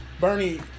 Bernie